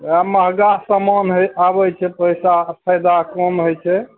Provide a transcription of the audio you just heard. वएह मँहगा सामान हइ आबय छै पैसा फायदा कम होइ छै